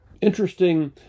interesting